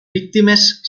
víctimes